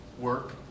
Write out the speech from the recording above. work